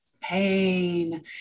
pain